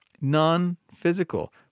non-physical